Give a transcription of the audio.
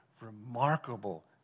remarkable